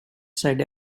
said